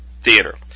theater